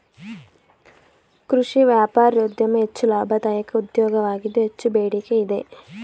ಕೃಷಿ ವ್ಯಾಪಾರೋದ್ಯಮ ಹೆಚ್ಚು ಲಾಭದಾಯಕ ಉದ್ಯೋಗವಾಗಿದ್ದು ಹೆಚ್ಚು ಬೇಡಿಕೆ ಇದೆ